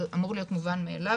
זה אמור להיות מובן מאליו,